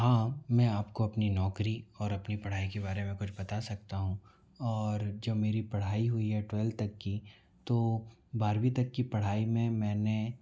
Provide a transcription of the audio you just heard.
हाँ मैं आपको अपनी नौकरी और अपनी पढ़ाई के बारे में कुछ बता सकता हूँ और जो मेरी पढ़ाई हुई है ट्वेल तक की तो बारवीं तक की पढ़ाई में मैंने